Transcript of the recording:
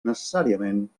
necessàriament